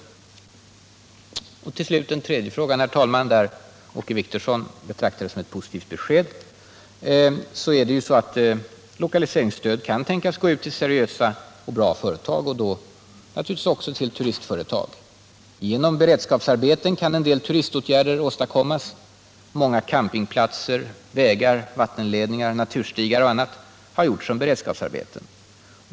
Vad slutligen gäller den tredje frågan, där Åke Wictorsson betraktade mitt svar som ett positivt besked, vill jag säga att lokaliseringsstöd kan tänkas gå ut till seriösa och bra företag, naturligtvis även till turistföretag. Genom beredskapsarbeten kan en del åtgärder för turistnäringen åstadkommas — många campingplatser, vägar, vattenledningar, naturstigar och annat har gjorts som beredskapsarbeten.